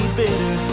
bitter